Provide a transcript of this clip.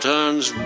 Turns